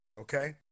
okay